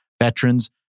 veterans